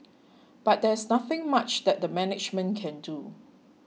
but there is nothing much that the management can do